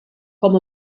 com